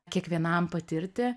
kiekvienam patirti